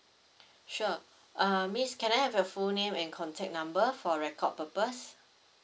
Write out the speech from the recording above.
sure uh miss can I have your full name and contact number for record purpose